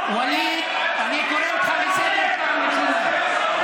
אני קורא אותך לסדר פעם ראשונה.